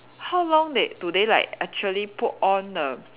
how long they do they like actually put on the